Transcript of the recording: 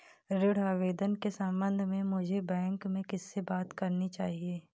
ऋण आवेदन के संबंध में मुझे बैंक में किससे बात करनी चाहिए?